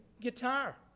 guitar